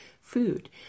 food